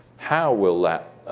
how will that,